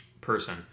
person